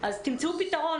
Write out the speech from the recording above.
אז תמצאו פתרון.